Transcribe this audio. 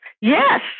Yes